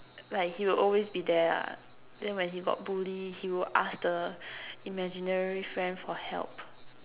like he will always be there lah then when he got Bully he will ask the imaginary friend for help